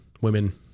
women